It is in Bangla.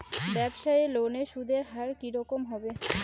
ব্যবসায়ী লোনে সুদের হার কি রকম হবে?